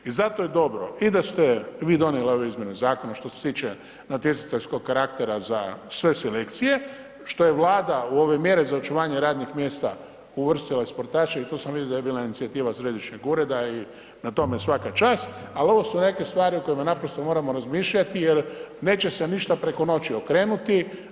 Iz zato je dobro i da ste vi donijeli ove izmjene zakona što se tiče natjecateljskog karaktera za sve selekcije, što je Vlada u ove mjere za očuvanje radnih mjesta uvrstila i sportaše i to sam vidio da je bila inicijativa središnjeg ureda i na tome svaka čast, ali ovo su neke stvari o kojima naprosto moramo razmišljati jer neće se ništa preko noći okrenuti.